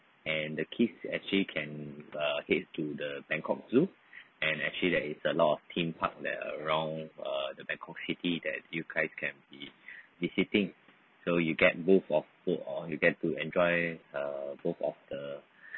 and the kids actually can uh head to the bangkok zoo and actually there is a lot of theme park that around uh the bangkok city that you guys can be visiting so you get both of food or you get to enjoy uh both of the